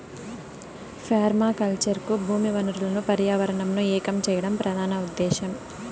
permaculture కు భూమి వనరులను పర్యావరణంను ఏకం చేయడం ప్రధాన ఉదేశ్యం